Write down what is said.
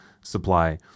supply